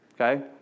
Okay